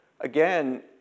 again